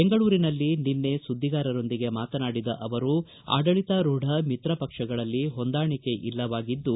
ಬೆಂಗಳೂರಿನಲ್ಲಿ ನಿನ್ನೆ ಸುದ್ದಿಗಾರರೊಂದಿಗೆ ಮಾತನಾಡಿದ ಅವರು ಆಡಳಿತಾರೂಢ ಮಿತ್ರ ಪಕ್ಷಗಳಲ್ಲಿ ಹೊಂದಾಣಿಕೆ ಇಲ್ಲವಾಗಿದ್ದು